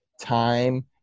time